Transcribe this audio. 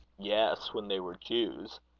yes, when they were jews.